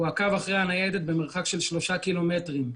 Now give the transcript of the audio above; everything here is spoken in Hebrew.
הוא עקב אחרי הניידת במרחק של שלושה קילומטרים.